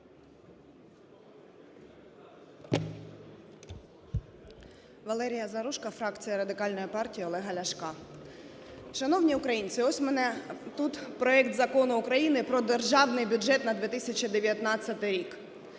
Валерія Заружко, фракція Радикальної партії Олега Ляшка. Шановні українці, ось в мене тут проект Закону України про Державний бюджет на 2019 рік.